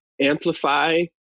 amplify